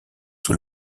sous